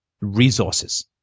resources